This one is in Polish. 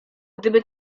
gdyby